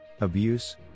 Abuse